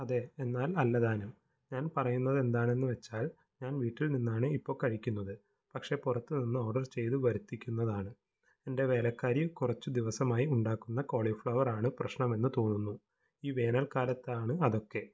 അതെ എന്നാല് അല്ല താനും ഞാൻ പറയുന്നത് എന്താണെന്ന് വച്ചാൽ ഞാൻ വീട്ടിൽ നിന്നാണ് ഇപ്പോൾ കഴിക്കുന്നത് പക്ഷേ പുറത്ത് നിന്ന് ഓർഡർ ചെയ്ത് വരുത്തിക്കുന്നതാണ് എൻ്റെ വേലക്കാരി കുറച്ച് ദിവസമായി ഉണ്ടാക്കുന്ന കോളിഫ്ളവർ ആണ് പ്രശ്നമെന്ന് തോന്നുന്നു ഈ വേനൽകാലത്താണ് അതൊക്കെ